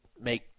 make